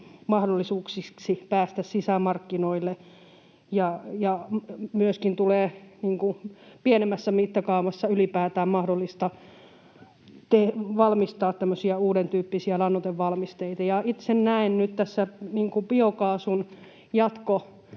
mahdollisuuksiksi päästä sisämarkkinoille, ja myöskin tulee pienemmässä mittakaavassa ylipäätään mahdolliseksi valmistaa tämmöisiä uudentyyppisiä lannoitevalmisteita. Itse näen nyt tässä biokaasun